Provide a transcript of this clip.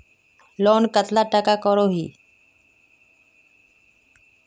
Loan कतला टाका करोही?